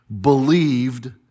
believed